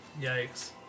Yikes